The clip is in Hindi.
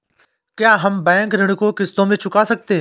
क्या हम बैंक ऋण को किश्तों में चुका सकते हैं?